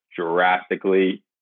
drastically